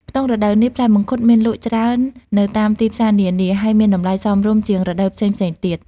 ក្នុងរដូវនេះ ផ្លែមង្ឃុតមានលក់ច្រើននៅតាមទីផ្សារនានា ហើយមានតម្លៃសមរម្យជាងរដូវផ្សេងៗទៀត។